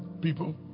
people